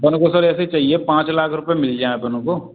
sir ऐसे चाहिए पाँच लाख रुपये मिल जाएँ अपन को